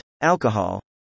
Alcohol